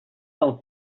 del